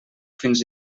fins